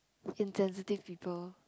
insensitive people